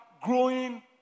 growing